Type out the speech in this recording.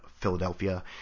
Philadelphia